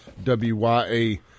WYA